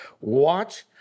watch